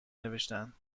نوشتهاند